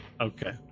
Okay